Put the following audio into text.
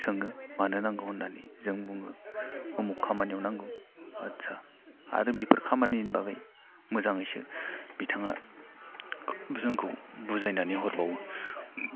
सोङो मानो नांगौ होननानै जों बुङो उमुख खामानियाव नांगौ आदसा आर बिफोर खामानिनि बागै मोजाङैसो बिथाङा जोंखौ बुजायनानै हरबावो